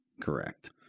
Correct